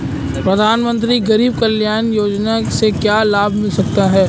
प्रधानमंत्री गरीब कल्याण योजना से क्या लाभ मिल सकता है?